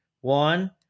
One